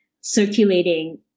circulating